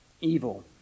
evil